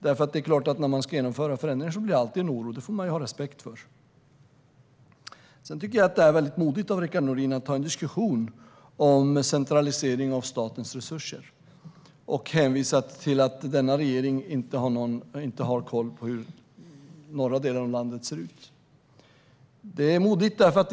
Det är klart att när man ska genomföra förändringar blir det alltid en oro; det får man ha respekt för. Sedan tycker jag att det är modigt av Rickard Nordin att ta en diskussion om centralisering av statens resurser. Han hänvisar till att denna regering inte har någon koll på hur det ser ut i de norra delarna av landet.